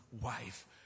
wife